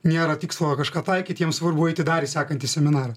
nėra tikslo kažką taikyti jiems svarbu eiti į dar sekantį seminarą